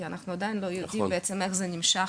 כי אנחנו לא יודעים עדיין לגבי האופן בו זה ממשיך